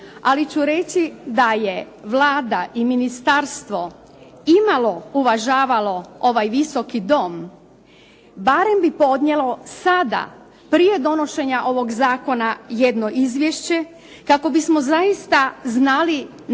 Ali ću reći da je Vlada i ministarstvo imalo, uvažavalo ovaj Visoki dom barem bi podnijelo sada prije donošenja ovog zakona jedno izvješće kako bismo zaista znali na